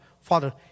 father